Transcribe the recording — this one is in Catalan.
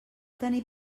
tenir